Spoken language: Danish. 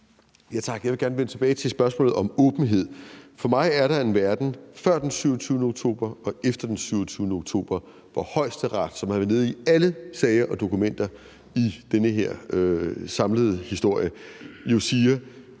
Tak. Jeg vil gerne vende tilbage til spørgsmålet om åbenhed. For mig er der en verden før den 27. oktober og efter den 27. oktober, hvor Højesteret, som har været nede i alle sager og dokumenter i den her samlede historie, jo siger,